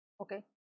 okay